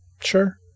Sure